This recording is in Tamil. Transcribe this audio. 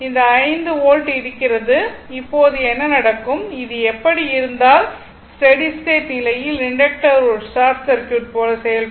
இந்த 5 வோல்ட் இருக்கிறது இப்போது என்ன நடக்கும் இது இப்படி இருந்தால் ஸ்டெடி ஸ்டேட் நிலையில் இண்டக்டர் ஒரு ஷார்ட் சர்க்யூட் போல செயல்படும்